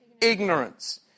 ignorance